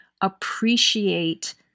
appreciate